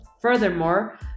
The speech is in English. furthermore